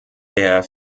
der